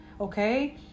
okay